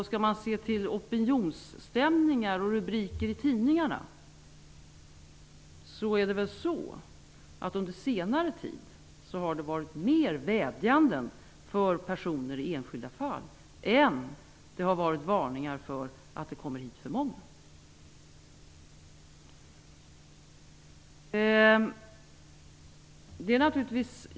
Skall man se till opinionsstämningar och rubriker i tidningarna, har det under senare tid varit mer vädjanden för personer i enskilda fall än varningar för att det är för många som kommer hit.